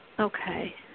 Okay